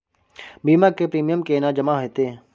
बीमा के प्रीमियम केना जमा हेते?